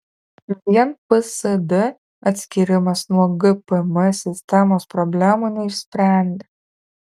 vien psd atskyrimas nuo gpm sistemos problemų neišsprendė